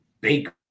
big